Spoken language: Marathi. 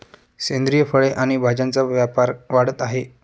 सेंद्रिय फळे आणि भाज्यांचा व्यापार वाढत आहे